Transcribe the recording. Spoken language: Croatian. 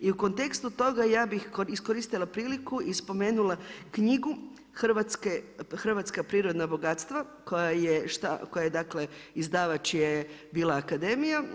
I u kontekstu toga ja bih iskoristila priliku i spomenula knjigu hrvatska prirodna bogatstva koja je, dakle izdavač je bila akademija.